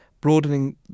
broadening